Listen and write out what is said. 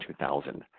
2000